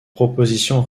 proposition